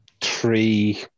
three